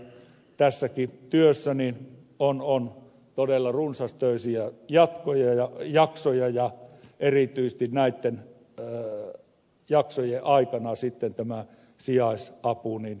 tässäkin työssä on todella runsastöisiä jaksoja ja erityisesti näitten jaksojen aikana sitten tämä sijaisavun tarve korostuu